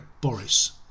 Boris